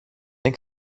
δεν